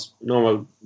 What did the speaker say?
normal